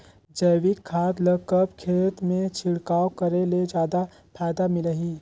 जैविक खाद ल कब खेत मे छिड़काव करे ले जादा फायदा मिलही?